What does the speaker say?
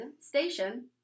station